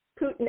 Putin